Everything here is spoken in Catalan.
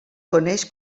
coneix